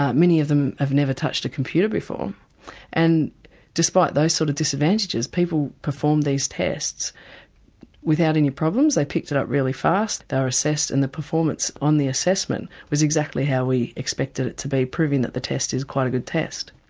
many of them have never touched a computer before and despite those sort of disadvantages people performed these tests without any problems. they picked it up really fast, they were assessed and the performance on the assessment was exactly how we expected it to be proving that the test is quite a good test.